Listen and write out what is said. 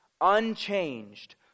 unchanged